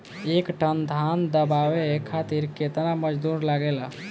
एक टन धान दवावे खातीर केतना मजदुर लागेला?